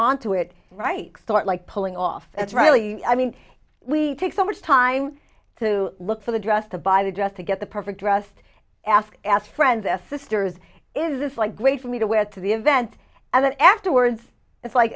onto it right start like pulling off that's really i mean we take so much time to look for the dress the buy the dress to get the perfect dress ask ask friends their sisters is this like great for me to wear to the event and then afterwards it's like